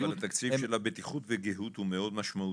אבל התקציב של הבטיחות וגיהות הוא מאוד משמעותי.